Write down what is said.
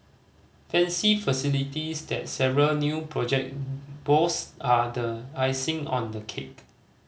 fancy facilities that several new project boast are the icing on the cake